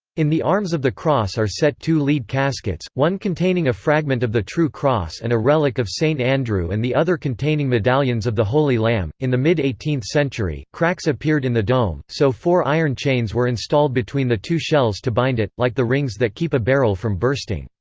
in the arms of the cross are set two lead caskets, one containing a fragment of the true cross and a relic of st. andrew and the other containing medallions of the holy lamb in the mid eighteenth century, cracks appeared in the dome, so four iron chains were installed between the two shells to bind it, like the rings that keep a barrel from bursting.